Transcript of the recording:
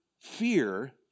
fear